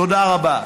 תודה רבה.